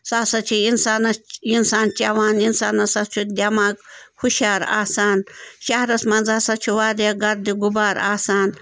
سُہ ہَسا چھِ اِنسانَس اِنسان چٮ۪وان اِنسان ہَسا چھُ دٮ۪ماغ ہُشار آسان شَہرَس منٛز ہَسا چھُ واریاہ گَردٕ غُبار آسان